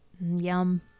Yum